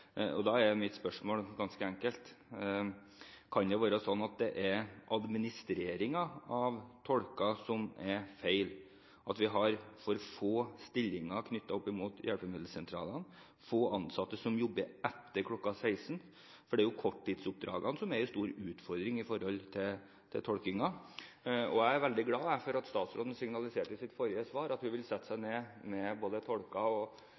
og da er mitt spørsmål ganske enkelt: Kan det være slik at det er administreringen av tolkene som er feil? Har vi for få stillinger knyttet til hjelpemiddelsentralene og få ansatte som jobber etter kl. 16? For det er korttidsoppdragene som er den store utfordringen for tolkingen. Jeg er veldig glad for at statsråden – i sitt forrige svar – signaliserte at hun vil sette seg ned med både tolker og